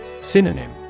Synonym